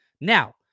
Now